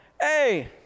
Hey